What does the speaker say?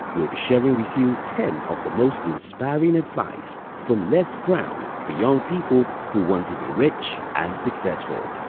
we'll be sharing with you ten of the most inspiring advice from less brown for your people who want to be rich and successful.